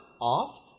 off